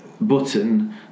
button